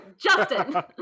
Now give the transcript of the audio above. Justin